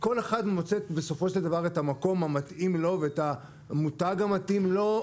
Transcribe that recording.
כל אחד מוצא בסופו של דבר את המקום המתאים לו ואת המותג המתאים לו,